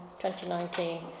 2019